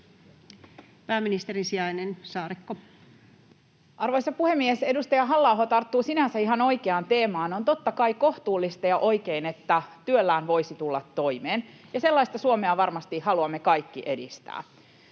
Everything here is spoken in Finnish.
ps) Time: 16:05 Content: Arvoisa puhemies! Edustaja Halla-aho tarttuu sinänsä ihan oikeaan teemaan. On totta kai kohtuullista ja oikein, että työllään voisi tulla toimeen, ja sellaista Suomea varmasti haluamme kaikki edistää.